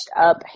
up